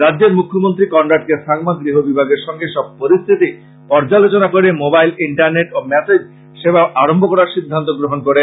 রাজ্যের মুখ্যমন্ত্রী কনরাড সাংমা গৃহ বিভাগেরর সংগে সব পরিস্থিতি পর্যালোচনা করে মোবাইল ইন্টারনেট ও মেসেজ সেবা আরম্ভ করার সিদ্ধান্ত গ্রহন করেন